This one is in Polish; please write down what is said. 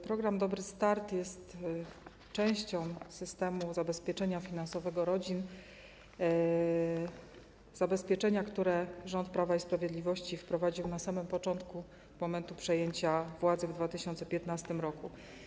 Program „Dobry start” jest częścią systemu zabezpieczenia finansowego rodzin, zabezpieczenia, które rząd Prawa i Sprawiedliwości wprowadził na samym początku, w momencie przejęcia władzy w 2015 r.